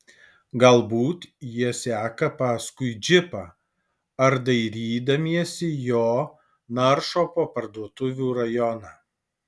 galbūt jie seka paskui džipą ar dairydamiesi jo naršo po parduotuvių rajoną